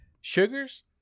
Sugars